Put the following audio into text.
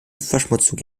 luftverschmutzung